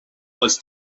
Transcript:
was